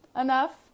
enough